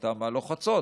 הייתה מהלוחצות